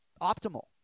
optimal